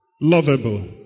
lovable